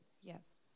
Yes